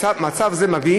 מצב זה מביא